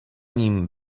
nim